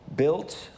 Built